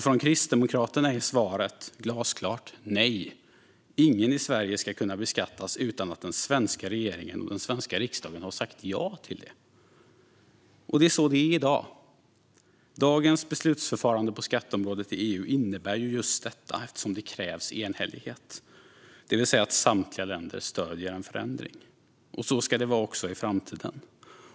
Från Kristdemokraterna är svaret glasklart: Nej! Ingen i Sverige ska kunna beskattas utan att den svenska regeringen och den svenska riksdagen har sagt ja till det. Det är så det är i dag. Dagens beslutsförfarande på skatteområdet i EU innebär just detta eftersom det krävs enhällighet, det vill säga att samtliga länder stöder en förändring. Så ska det vara också i framtiden.